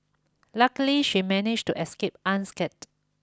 luckily she managed to escape unscathed